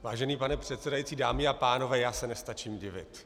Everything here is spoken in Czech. Vážený pane předsedající, dámy a pánové, já se nestačím divit.